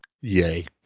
Yay